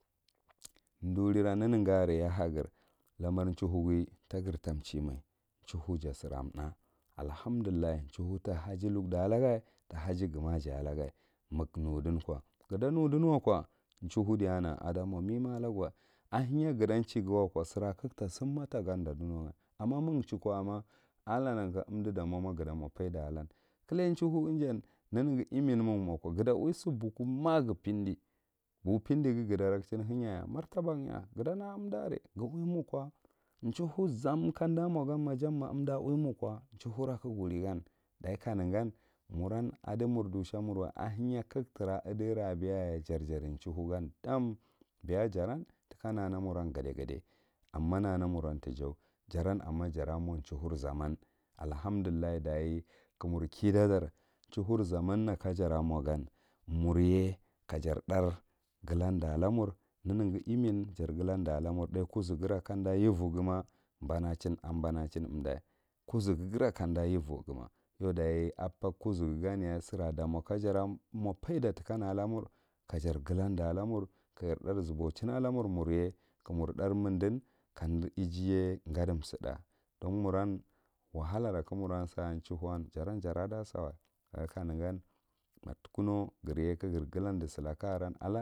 Durura nenegahi are ya gir lamar chauhughiu ja sira tha allahamdullah, chauhu ja sira tha allahamdullah, chauhu ta haji luguda daga ta hagi gumaji alagah ma ga nudin ko, ga ta nudin wa ko chauhu diyana ada mo me ma alaguwa, ahenya oja ta chighi wa ko sira ka ga ta summa ta gadda ɗunoga, amma ma ga chauko amma allah nanka umdi damoma gata mo faida alan, kilai chauhughi ijan nene ghi imeme ma ga mo ko guhta uwi si bokku mahgu pendi boku pendighi gata rakchin benyaya, mar taban ya ga ta naka unda are ga ta uwi mokwwa chauhu zan kan da mo ganma ja ma umda uwi mokwwa chulhu kaga wuri gan dachi kanegan muran adi mur dushah mur wa ahenya ka ga tra idayra beyayaye jar jaoh chauhu dam deya jaron tika name mur gade gack, amma nane muran tijay, jara amma jara mo chauhuri zaman allahamdullah daya ka mur kida tar chauhur zaman na ka jara mo gan murye ka jor thar gulanda la. Mur neneghi imin jaar galander ala mur, kuzuk gira ka ɗa yevo ghuwma bachin a banachin umda kuzuk gira kanda yevo ghuwma yau ɗege abba kuzuk gan yage sira ɗa mo ka jara mo faida tikan a la mur ka jar galan ɗa la mur ka jaar zubochn a la mur, marge ka mur that mindin ka di ijiye ka da gadi suɗɗa, don muran wahalara ka mur sa a ko chauhun jaran, jara ɗa sawa ɗeye ka negan mar tikunou girye ka gir galan di sila ka aran alan.